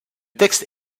texte